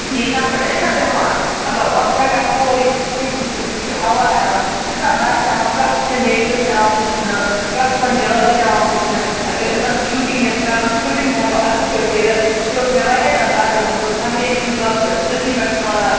ییٚلہِ تتھ پیٚتھ ٲسۍ نہ بہوان اکھ چھ ہیٚکان سورُے سیٖن وٕچھِتھ بیٚیہِ چھ ہوا یِوان تیوتاہ مَزٕ چھ یِوان پرٮ۪تھ کینٛہہ نیچر چھ اوان وٕچھنہ پرتھ کانٛہہ جاے چھ یِوان وٕچھنہا گر اِنسان شوٗٹِنٛگ ییٚژھِ کَرُن شوٗٹِنٛگ تہِ ہیٚکو اصل پٲٹھۍ کٔرِتھ بیٚیہِ اوس مےٚ واریاہ زیافدٕ مَزٕ یِوان مےٚ اوس ہمیش بٕڈبب تٔتُی پیٚٹھ کھالان